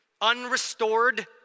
unrestored